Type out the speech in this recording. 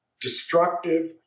destructive